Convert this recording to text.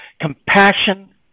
compassion